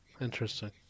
interesting